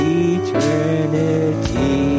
eternity